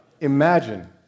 imagine